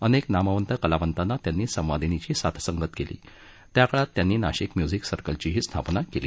अनेक नामवंत कलावंतांना त्यांनी संवादिनीची साथसंगत केली त्या काळात त्यांनी नाशिक म्युझिक सर्कलचीही स्थापना केली